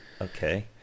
okay